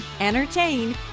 entertain